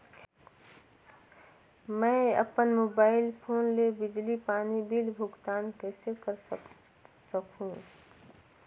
मैं अपन mobile phone ले बिजली पानी बिल भुगतान कइसे कर सकहुं?